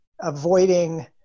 avoiding